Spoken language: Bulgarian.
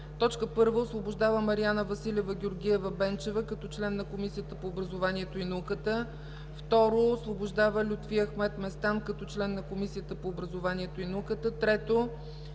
РЕШИ: 1. Освобождава Мариана Василева Георгиева-Бенчева като член на Комисията по образованието и науката. 2. Освобождава Лютви Ахмед Местан като член на Комисията по образованието и науката. 3.